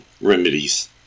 remedies